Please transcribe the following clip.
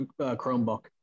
Chromebook